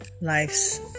life's